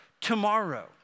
tomorrow